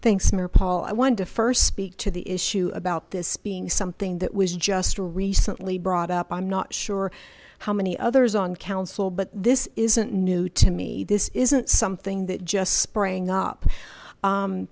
first speak to the issue about this being something that was just recently brought up i'm not sure how many others on council but this isn't new to me this isn't something that just sprang up